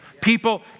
People